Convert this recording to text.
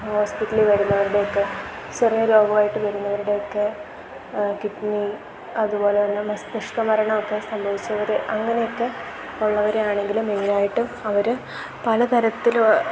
ഹോസ്പിറ്റലിൽ വരുന്നവരുടെയൊക്കെ ചെറിയ രോഗവായിട്ട് വരുന്നവരുടെയൊക്കെ കിഡ്നി അതുപോലെ തന്നെ മസ്തിഷ്ക മരണം ഒക്കെ സംഭവിച്ചവർ അങ്ങനെയൊക്കെ ഉള്ളവരാണെങ്കിലും മെയിനായിട്ടും അവർ പലതരത്തിൽ